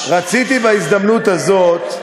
רציתי בהזדמנות הזאת,